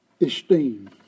esteem